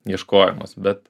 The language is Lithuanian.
ieškojimas bet